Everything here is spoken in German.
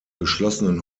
geschlossenen